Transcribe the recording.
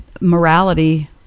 morality